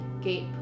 gate